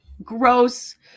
gross